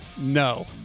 No